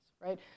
right